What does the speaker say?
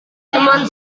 teman